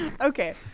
Okay